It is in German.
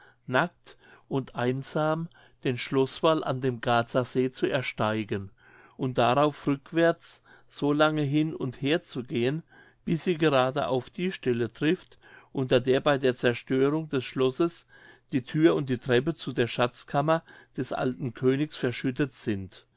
nackt und einsam den schloßwall an dem garzer see zu ersteigen und darauf rückwärts so lange hin und her zu gehen bis sie gerade auf die stelle trifft unter der bei der zerstörung des schlosses die thür und die treppe zu der schatzkammer des alten königs verschüttet sind